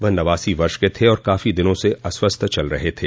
वह नवासी वर्ष के थ और काफी दिनों से अस्वस्थ चल रहे थे